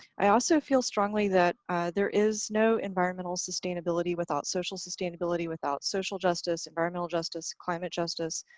i also feel strongly that there is no environmental sustainability without social sustainability, without social justice, environmental justice, climate justice,